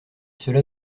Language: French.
cela